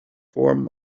form